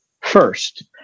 first